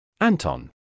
Anton